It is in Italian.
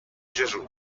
gesù